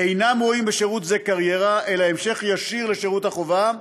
אינם רואים בשירות זה קריירה אלא המשך ישיר לשירות החובה,